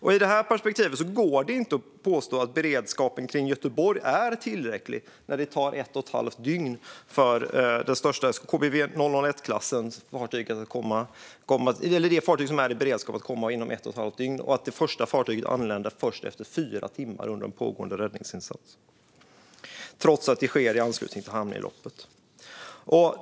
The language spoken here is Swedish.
I det här perspektivet går det inte att påstå att beredskapen kring Göteborg är tillräcklig när det tar ett och ett halvt dygn för det fartyg som är i beredskap att komma och när det första fartyget anländer först efter fyra timmar under en pågående räddningsinsats, trots att det sker i anslutning till hamninloppet. Fru talman!